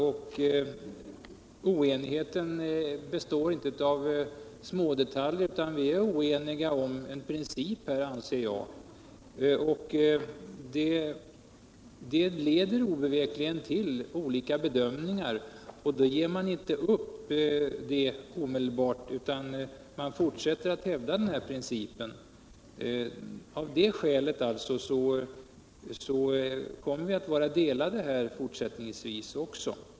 Den oenigheten består inte i smådetaljer, utan vi är här oeniga om en princip, anser jag. Det leder obevekligen till olika bedömningar, och då ger man inte upp omedelbart utan fortsätter att hävda sin princip. Av det skälet kommer vi att ha delade meningar på den här punkten även fortsättningsvis.